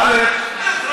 טלב,